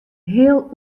heel